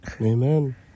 Amen